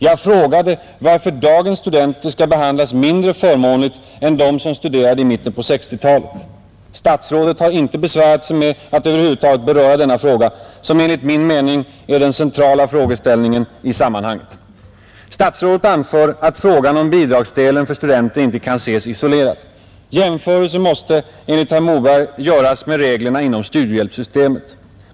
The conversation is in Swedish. Jag frågade varför dagens studenter skall behandlas mindre förmånligt än de som studerade i mitten på 1960-talet. Statsrådet har inte besvärat sig med att över huvud taget beröra denna fråga, som enligt min mening är den centrala frågeställningen i sammanhanget. Statsrådet anför att frågan om bidragsdelen för studenter inte kan ses isolerad. Jämförelse måste — enligt herr Moberg — göras med reglerna inom studiehjälpssystemet.